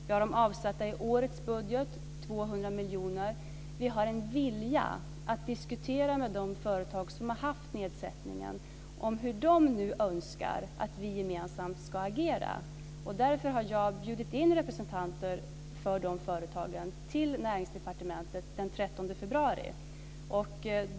Vi har avsatt beloppet i årets budget, 200 miljoner. Vi har en vilja att diskutera med de företag som har haft nedsättningen om hur de nu önskar att vi gemensamt ska agera. Därför har jag bjudit in representanter för de företagen till Näringsdepartementet den 13 februari.